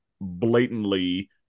blatantly